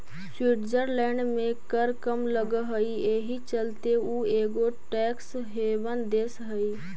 Switzerland में कर कम लग हई एहि चलते उ एगो टैक्स हेवन देश हई